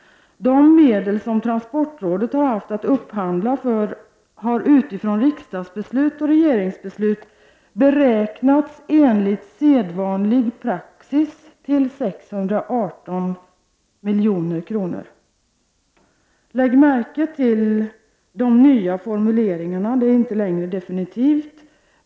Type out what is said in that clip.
De medel som transportrådet har haft att upphandla för har utifrån riksdagsbeslut och regeringsbeslut beräknats enligt sedvanlig praxis till 618 milj.kr., säger han. Lägg märke till de nya formuleringarna; det är inte längre definitivt.